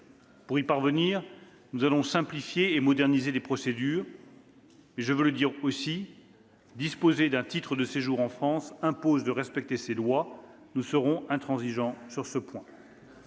Pour y parvenir, nous allons simplifier et moderniser les procédures. « Cela étant, disposer d'un titre de séjour en France impose également de respecter nos lois. Nous serons intransigeants sur ce point.